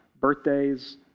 birthdays